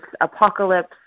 apocalypse